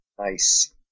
Nice